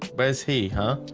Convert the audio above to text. where's he huh,